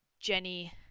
Jenny